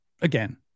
again